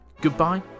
Goodbye